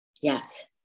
Yes